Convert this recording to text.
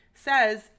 says